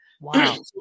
Wow